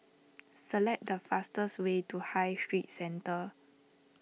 select the fastest way to High Street Centre